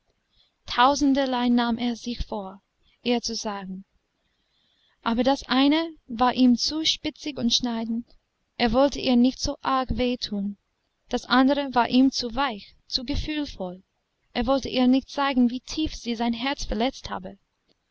tausenderlei nahm er sich vor ihr zu sagen aber das eine war ihm zu spitzig und schneidend er wollte ihr nicht so arg wehtun daß andere war ihm zu weich zu gefühlvoll er wollte ihr nicht zeigen wie tief sie sein herz verletzt habe